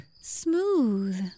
Smooth